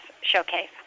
showcase